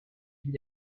n’y